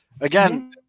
Again